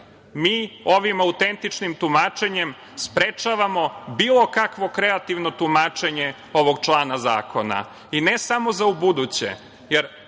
ovim autentičnim tumačenjem sprečavamo bilo kakvo kreativno tumačenje ovog člana zakona i ne samo za ubuduće,